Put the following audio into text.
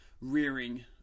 rearing